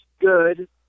good